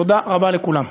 תודה רבה לכולם.